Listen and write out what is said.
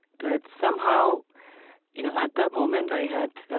that somehow you know at that moment i had